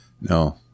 No